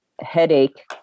Headache